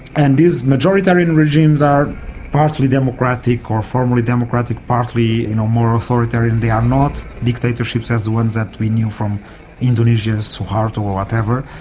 and these majoritarian regimes are partly democratic or formally democratic, partly more authoritarian, they are not dictatorships as the ones that we knew from indonesia, suharto or whatever,